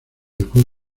dejó